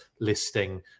listing